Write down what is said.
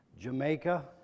Jamaica